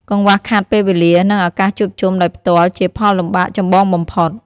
កង្វះខាតពេលវេលា និងឱកាសជួបជុំដោយផ្ទាល់ជាផលលំបាកចម្បងបំផុត។